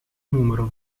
numero